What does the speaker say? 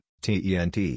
TENT